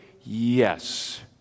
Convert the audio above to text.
Yes